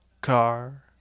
Car